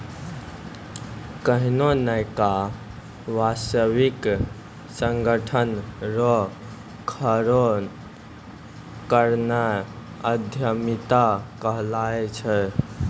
कोन्हो नयका व्यवसायिक संगठन रो खड़ो करनाय उद्यमिता कहलाय छै